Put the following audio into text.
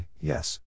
Yes